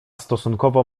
stosunkowo